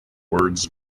words